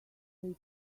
take